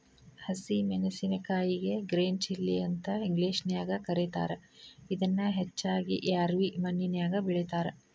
ಹಸಿ ಮೆನ್ಸಸಿನಕಾಯಿಗೆ green chilli ಅಂತ ಇಂಗ್ಲೇಷನ್ಯಾಗ ಕರೇತಾರ, ಇದನ್ನ ಹೆಚ್ಚಾಗಿ ರ್ಯಾವಿ ಮಣ್ಣಿನ್ಯಾಗ ಬೆಳೇತಾರ